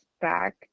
back